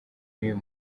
n’uyu